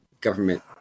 government